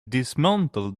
dismantled